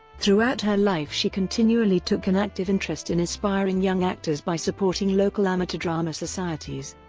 throughout her life she continually took an active interest in aspiring young actors by supporting local amateur drama societies,